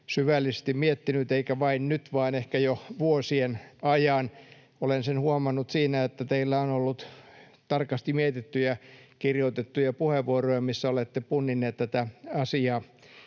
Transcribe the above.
syvällisesti miettinyt, eikä vain nyt, vaan ehkä jo vuosien ajan. Olen sen huomannut siinä, että teillä on ollut tarkasti mietittyjä ja kirjoitettuja puheenvuoroja, missä olette punninneet tätä asiaa.